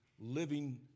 living